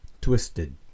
Twisted